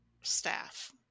staff